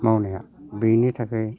मावनाया बिनि थाखाय